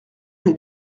les